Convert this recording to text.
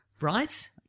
Right